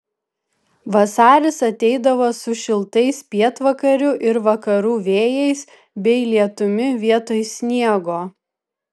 vasaris ateidavo su šiltais pietvakarių ir vakarų vėjais bei lietumi vietoj sniego